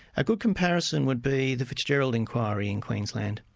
a good comparison would be the fitzgerald inquiry in queensland.